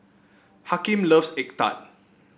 Hakim loves egg tart